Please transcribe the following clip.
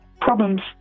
problems